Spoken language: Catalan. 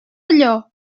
allò